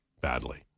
badly